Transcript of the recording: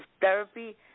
therapy